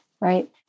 right